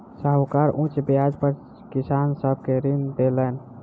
साहूकार उच्च ब्याज पर किसान सब के ऋण देलैन